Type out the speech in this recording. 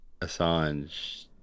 Assange